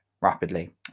rapidly